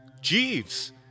Jeeves